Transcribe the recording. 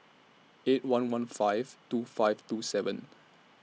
eight one one five two five two seven